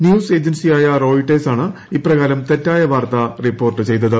news ഏജൻസിയായ റോയിട്ടേഴ്സാണ് ഇപ്രകാരം തെറ്റായ വാർത്ത റിപ്പോർട്ട് ചെയ്തത്